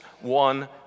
one